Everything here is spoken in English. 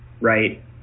right